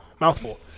mouthful